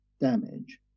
damage